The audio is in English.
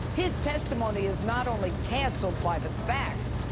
his testimony is not only canceled by the facts,